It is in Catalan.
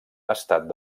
estat